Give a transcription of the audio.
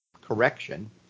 correction